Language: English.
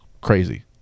crazy